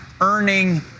earning